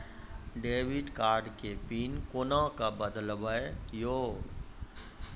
Debit card के PIN कोना के बदलबै यो?